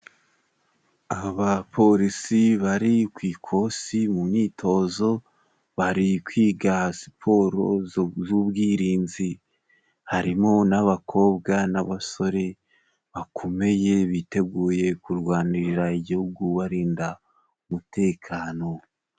Abapolisi bari ku ikosi mu myitozo, bari kwiga siporo z'ubwirinzi. Harimo n'abakobwa n'abasore bakomeye, biteguye kurwanirira igihugu barinda umutekano.